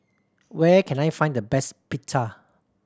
where can I find the best Pita